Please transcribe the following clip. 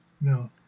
No